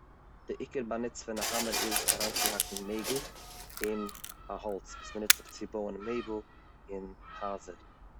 די עיקר באנוץ פון א האמער איז אריינצוהאקן נעגל אין א האלץ, וואס ווען מען נוצט טויף צו בויען מעבל אין הייזער.